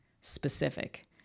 specific